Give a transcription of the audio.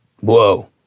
Whoa